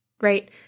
right